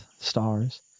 stars